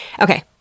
Okay